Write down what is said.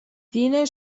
دین